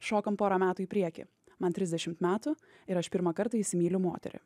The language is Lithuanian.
šokam porą metų į priekį man trisdešimt metų ir aš pirmą kartą įsimyliu moterį